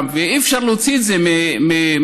ואי-אפשר להוציא את זה מהתשתיות,